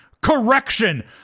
Correction